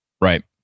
Right